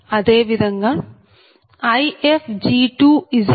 అదే విధంగా Ifg2 j1